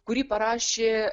kurį parašė